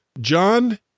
John